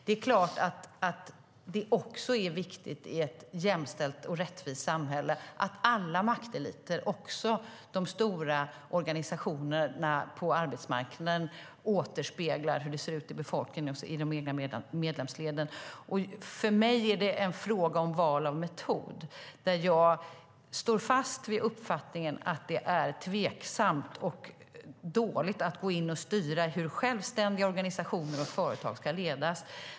Det är klart att det i ett jämställt och rättvist samhälle är viktigt att alla makteliter - också de stora organisationerna på arbetsmarknaden - i sina egna medlemsled återspeglar hur det ser ut i befolkningen. För mig är det en fråga om val av metod, där jag står fast vid uppfattningen att det är tveksamt och dåligt att gå in och styra hur självständiga organisationer och företag ska ledas.